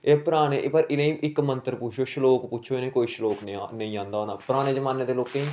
एह् पराने पर इंहेगी इक मंत्र पुच्छो शलोक पुच्छो इंहेगी कोई शलोक नेई आंदा होना पराने जमाने दे लोकें गी